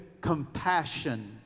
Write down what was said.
compassion